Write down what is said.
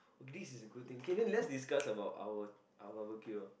this is a good thing K then let's discuss about our our barbecue